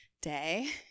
Day